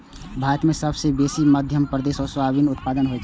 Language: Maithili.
भारत मे सबसँ बेसी मध्य प्रदेश मे सोयाबीनक उत्पादन होइ छै